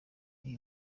ibi